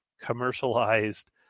commercialized